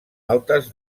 altes